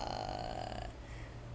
uh